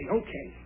okay